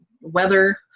weather